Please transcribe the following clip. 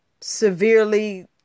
severely